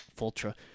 Ultra